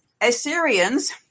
Assyrians